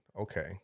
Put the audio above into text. Okay